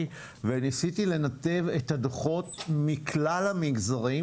וניסיתי לנתב את הדו"חות מכלל המגזרים,